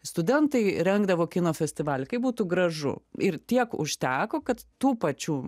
studentai rengdavo kino festivalį kaip būtų gražu ir tiek užteko kad tų pačių